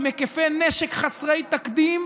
עם היקפי נשק חסרי תקדים.